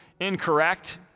incorrect